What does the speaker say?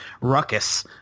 ruckus